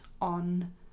on